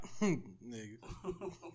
Nigga